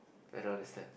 I don't understand